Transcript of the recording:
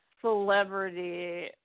celebrity